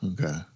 okay